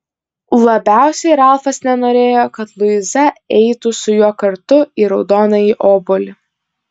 labiausiai ralfas nenorėjo kad luiza eitų su juo kartu į raudonąjį obuolį